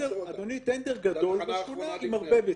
אדוני, טנדר גדול בשכונה עם הרבה ביצים.